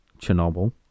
chernobyl